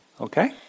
Okay